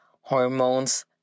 hormones